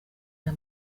aya